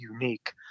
unique